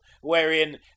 wherein